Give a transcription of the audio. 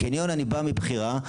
לקניון אני בא מבחירה,